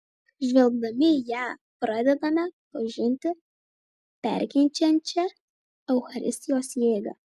žvelgdami į ją pradedame pažinti perkeičiančią eucharistijos jėgą